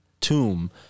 tomb